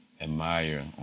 admire